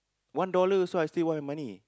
one dollar also I still want my money